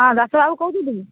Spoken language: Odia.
ହଁ ଦାସବାବୁ କହୁଛନ୍ତି କି